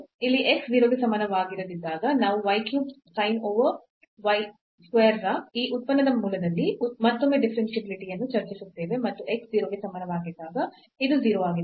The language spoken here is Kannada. ಇಲ್ಲಿ x 0 ಗೆ ಸಮಾನವಾಗಿರದಿದ್ದಾಗ ನಾವು y cube sin 1 over y square ರ ಈ ಉತ್ಪನ್ನದ ಮೂಲದಲ್ಲಿ ಮತ್ತೊಮ್ಮೆ ಡಿಫರೆನ್ಷಿಯಾಬಿಲಿಟಿ ಯನ್ನು ಚರ್ಚಿಸುತ್ತೇವೆ ಮತ್ತು x 0 ಗೆ ಸಮಾನವಾಗಿದ್ದಾಗ ಇದು 0 ಆಗಿದೆ